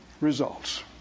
results